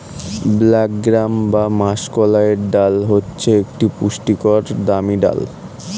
black gram বা মাষকলাইয়ের ডাল হচ্ছে একটি পুষ্টিকর দামি ডাল